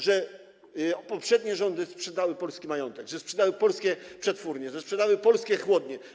Że poprzednie rządy sprzedały polski majątek, że sprzedały polskie przetwórnie, że sprzedały polskie chłodnie?